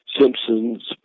Simpson's